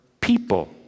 people